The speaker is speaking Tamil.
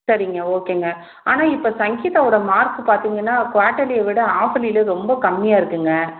சரிங்க ஓகேங்க ஆனால் இப்போ சங்கீதாவோடய மார்க்கு பார்த்தீங்கன்னா குவாட்டலியை விட ஆஃபலியில் ரொம்ப கம்மியாக இருக்குதுங்க